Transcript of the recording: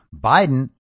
Biden